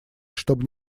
чтобы